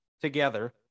together